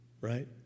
Right